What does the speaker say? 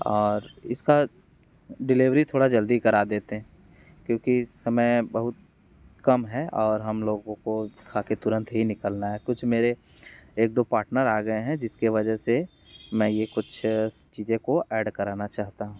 और इसका डिलेवरी थोड़ा जल्दी करा देतें क्योंकि समय बहुत कम है और हम लोगों को खा कर तुरंत ही निकालना है कुछ मेरे एक दो पार्टनर आ गए हैं जिसके वजह से मैं ये कुछ चीज़ों को ऐड कराना चाहता हूँ